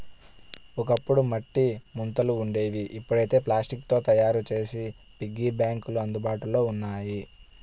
ఒకప్పుడు మట్టి ముంతలు ఉండేవి ఇప్పుడైతే ప్లాస్టిక్ తో తయ్యారు చేసిన పిగ్గీ బ్యాంకులు అందుబాటులో ఉన్నాయి